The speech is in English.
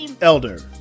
Elder